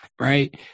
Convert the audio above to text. right